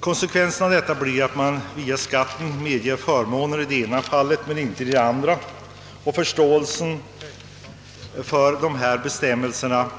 Konsekvensen av detta blir att man via skatten medger förmåner i det ena fallet men inte i det andra. Det är därför svårt att få förståelse för dessa bestämmelser.